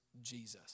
Jesus